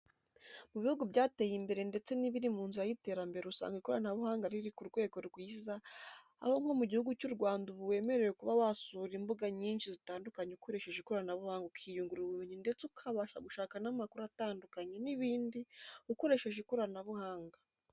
Mu bihugu byateye imbere ndetse n'ibiri mu nzira y'iterambere usanga ikoranabuhanga riri ku rwego rwiza, aho nko mu Gihugu cy'u Rwanda ubu wemerewe kuba wasura imbuga nyinshi zitandukanye ukoresheje ikoranabuhanga ukiyungura ubumenyi ndetse ukabasha gushaka n'amakuru atandukanye n'ibindi ukoresheje ikoranabuhanga.